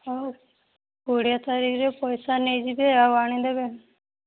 ହେଉ କୋଡ଼ିଏ ତାରିଖରେ ପଇସା ନେଇଯିବେ ଆଉ ଆଣିଦେବେ